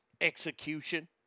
execution